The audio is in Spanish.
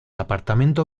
apartamento